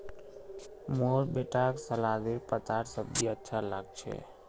मोर बेटाक सलादेर पत्तार सब्जी अच्छा लाग छ